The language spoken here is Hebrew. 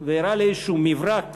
והראה לי איזשהו מברק